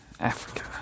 Africa